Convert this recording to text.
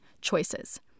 choices